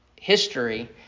history